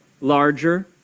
larger